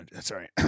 Sorry